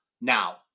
now